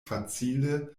facile